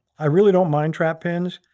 i really don't mind trap pins,